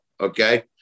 Okay